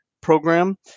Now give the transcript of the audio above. program